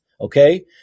Okay